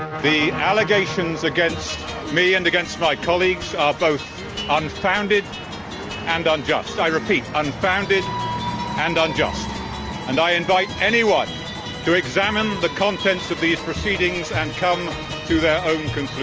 the allegations against me and against my colleagues are both unfounded and unjust. i repeat, unfounded and unjust and i invite anyone to examine the contents of these proceedings and come to their own conclusion.